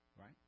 right